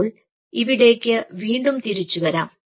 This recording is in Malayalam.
അപ്പോൾ ഇവിടേയ്ക്ക് വീണ്ടും തിരിച്ചു വരാം